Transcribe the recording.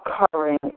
occurring